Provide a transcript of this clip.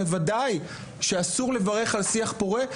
וודאי שאסור לברך על שיח פורה,